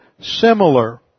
similar